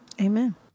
amen